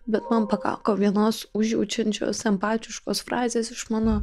bet man pakako vienos užjaučiančios empatiškos frazės iš mano